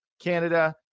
Canada